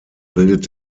bildet